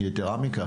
יתרה מכך,